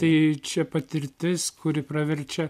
tai čia patirtis kuri praverčia